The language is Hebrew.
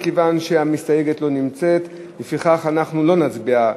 מכיוון שהמסתייגת לא נמצאת אנחנו לא נצביע עליה,